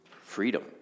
Freedom